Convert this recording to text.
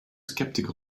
skeptical